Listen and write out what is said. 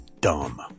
dumb